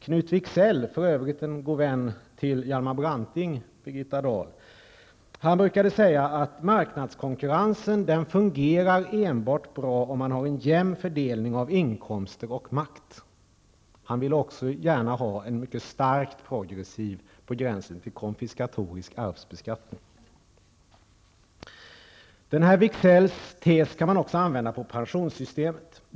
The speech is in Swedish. Knut Wicksell -- för övrigt en god vän till Hjalmar Branting, Birgitta Dahl -- brukade säga att marknadskonkurrensen fungerar bra enbart om man har en jämn fördelning av inkomster och makt. Knut Wicksell ville också ha en mycket stark progressiv, på gränsen till konfiskatorisk, arvsbeskattning. Wicksells tes kan också användas på pensionssystemet.